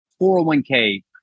401k